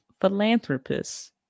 philanthropists